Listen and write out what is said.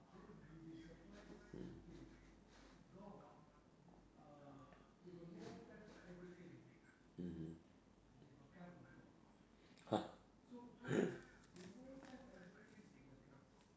mmhmm !huh!